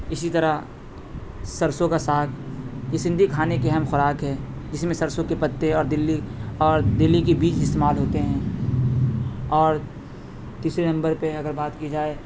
اسی طرح سرسو کا ساگ یہ سندھی کھانے کی اہم خوراک ہے جس میں سرسو کے پتے اور دلّی اور دلّی کے بیج استعمال ہوتے ہیں اور تیسرے نمبر پہ اگر بات کی جائے